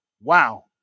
Wow